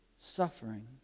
suffering